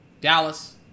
Dallas